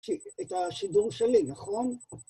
את השידור שלי, נכון?